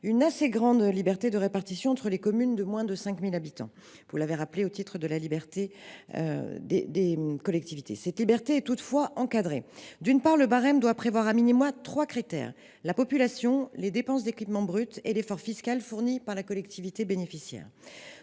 une assez grande liberté pour répartir ce fonds entre les communes de moins de 5 000 habitants, au titre de la libre administration des collectivités. Cette liberté est toutefois encadrée. D’une part, le barème doit prévoir trois critères : la population, les dépenses d’équipement brut et l’effort fiscal fourni par la collectivité bénéficiaire.